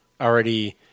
already